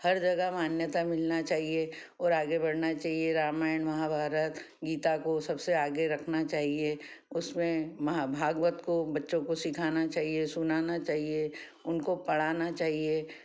हर जगह मान्यता मिलना चाहिए और आगे बढ़ना चाहिए रामायण महाभारत गीता को सबसे आगे रखना चाहिए उसमें महा भागवत को बच्चों को सीखाना चाहिए सुनाना चाहिए उनको पढ़ाना चाहिए